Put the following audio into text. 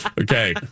Okay